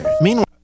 Meanwhile